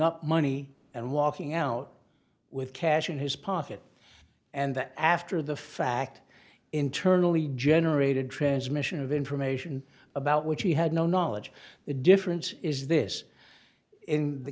up money and walking out with cash in his pocket and that after the fact internally generated transmission of information about which he had no knowledge the difference is this in the